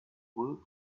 woot